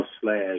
slash